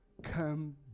come